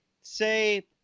say